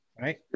right